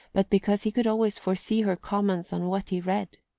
but because he could always foresee her comments on what he read.